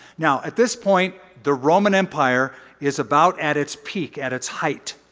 now at this point, the roman empire is about at its peak at its height.